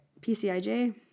PCIJ